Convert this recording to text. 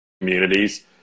communities